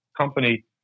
company